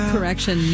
Correction